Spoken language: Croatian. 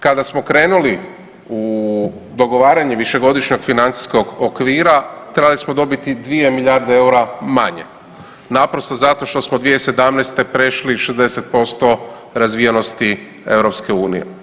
Kada smo krenuli u dogovaranje višegodišnjeg financijskog okvira trebali smo dobiti 2 milijarde EUR-a manje naprosto zato što smo 2017. prešli 60% razvijenosti EU.